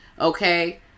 Okay